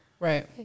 Right